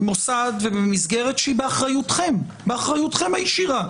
במוסד ובמסגרת שהיא באחריותכם הישירה.